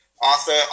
Arthur